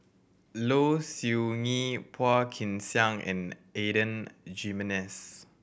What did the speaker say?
Low Siew Nghee Phua Kin Siang and Adan Jimenez